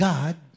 God